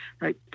right